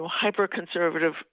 hyper-conservative